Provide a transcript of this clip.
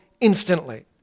instantly